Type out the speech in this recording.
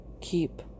keep